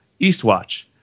Eastwatch